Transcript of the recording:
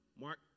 Mark